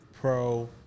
Pro